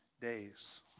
days